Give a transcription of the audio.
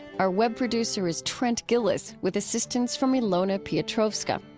our web producer is trent gilliss, with assistance from ilona piotrowska.